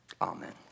Amen